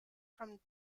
from